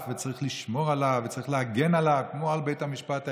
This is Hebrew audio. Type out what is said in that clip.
וצריך לשמור עליו וצריך להגן עליו כמו על בית המשפט העליון.